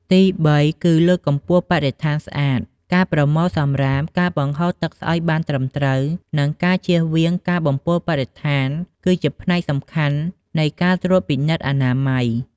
ទីបី គឺ លើកកម្ពស់បរិស្ថានស្អាត ការប្រមូលសំរាម ការបង្ហូរទឹកស្អុយបានត្រឹមត្រូវ និងការជៀសវាងការបំពុលបរិស្ថាន គឺជាផ្នែកសំខាន់នៃការត្រួតពិនិត្យអនាម័យ។